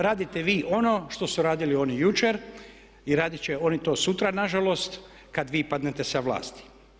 Radite vi ono što su radili oni jučer i raditi će oni to sutra nažalost kada vi padnete sa vlasti.